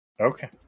Okay